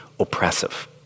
oppressive